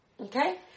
Okay